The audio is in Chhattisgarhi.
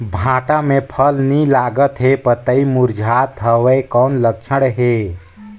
भांटा मे फल नी लागत हे पतई मुरझात हवय कौन लक्षण हे?